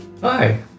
Hi